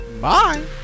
Bye